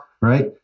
right